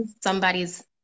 somebody's